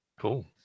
Cool